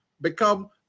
become